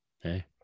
Hey